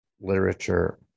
literature